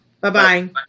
Bye-bye